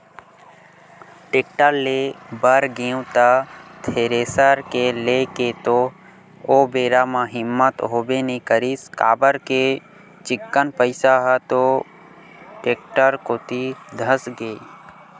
tractor ले बर गेंव त थेरेसर के लेय के तो ओ बेरा म हिम्मत होबे नइ करिस काबर के चिक्कन पइसा ह तो टेक्टर कोती धसगे